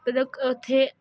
ਓਥੇ